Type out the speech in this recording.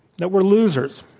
that we're losers,